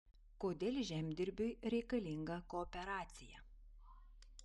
kodėl žemdirbiui reikalinga kooperacija